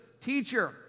teacher